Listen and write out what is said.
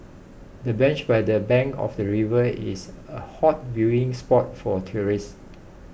the bench by the bank of the river is a hot viewing spot for tourists